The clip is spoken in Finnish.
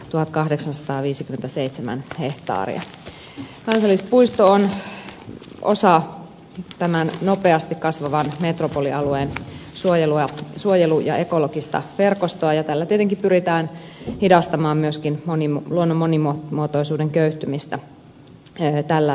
kansallispuisto on osa tämän nopeasti kasvavan metropolialueen suojelu ja ekologista verkostoa ja tällä tietenkin pyritään myöskin hidastamaan luonnon monimuotoisuuden köyhtymistä tällä alueella